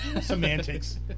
Semantics